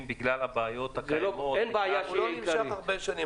בגלל הבעיות -- הוא לא נמשך הרבה שנים,